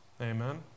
Amen